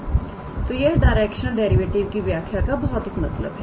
तोयह directional derivative की व्याख्या का भौतिक मतलब है